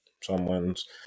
someone's